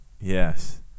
Yes